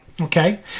okay